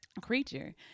creature